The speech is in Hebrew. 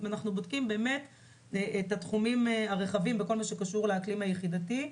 אנחנו בודקים את התחומים הרחבים בכל מה שקשור לאקלים היחידתי.